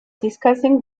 discussing